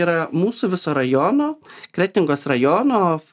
yra mūsų viso rajono kretingos rajono